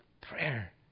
Prayer